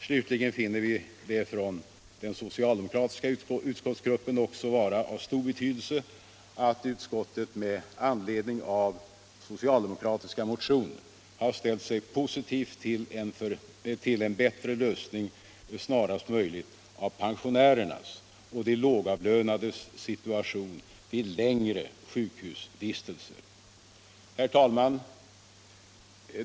Slutligen finner vi det från den socialdemokratiska utskottsgruppen också vara av stor betydelse att utskottet med anledning av socialdemokratiska motioner har ställt sig positivt till en bättre lösning snarast möjligt av pensionärernas och de lågavlönades situation vid längre sjukhusvistelser. Herr talman!